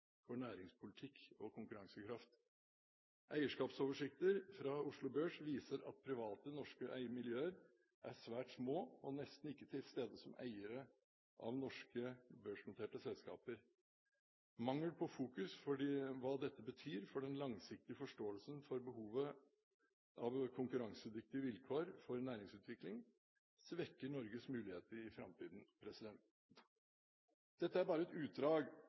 for næringspolitikk og konkurransekraft. Eierskapsoversikter fra Oslo Børs viser at private norske eiermiljøer er svært små og nesten ikke til stede som eiere av norske børsnoterte selskaper. Mangel på fokus for hva dette betyr for den langsiktige forståelsen for behovet for konkurransedyktige vilkår for næringsutvikling svekker Norges muligheter i framtiden. Dette er bare et utdrag